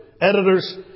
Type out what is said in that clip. editors